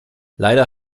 leider